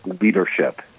leadership